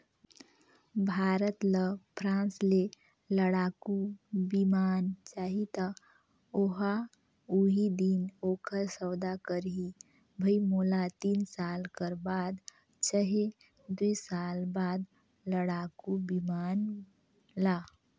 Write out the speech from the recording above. भारत ल फ्रांस ले लड़ाकु बिमान चाहीं त ओहा उहीं दिन ओखर सौदा करहीं भई मोला तीन साल कर बाद चहे दुई साल बाद लड़ाकू बिमान ल